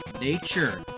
Nature